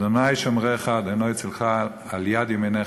ה' שמרך ה' צלך על יד ימינך.